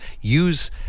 use